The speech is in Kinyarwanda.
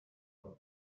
nabo